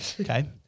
okay